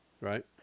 Right